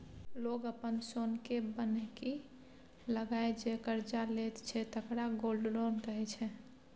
लोक अपन सोनकेँ बन्हकी लगाए जे करजा लैत छै तकरा गोल्ड लोन कहै छै